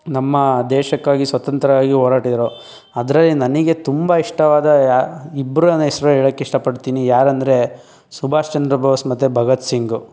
ನಮ್ಮ ದೇಶಕ್ಕಾಗಿ ಸ್ವತಂತ್ರವಾಗಿ ಹೋರಾಡಿದರು ಆದರೆ ನನಗೆ ತುಂಬ ಇಷ್ಟವಾದ ಇಬ್ಬರು ನ ಹೆಸರು ಹೇಳೋಕ್ಕೆ ಇಷ್ಟಪಡ್ತೀನಿ ಯಾರೆಂದರೆ ಸುಭಾಷ್ ಚಂದ್ರ ಬೋಸ್ ಮತ್ತೆ ಭಗತ್ ಸಿಂಗ್